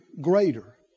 greater